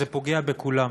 זה פוגע בכולם.